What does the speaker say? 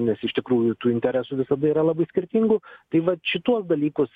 nes iš tikrųjų tų interesų visada yra labai skirtingų tai vat šituos dalykus